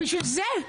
בשביל זה?